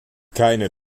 keine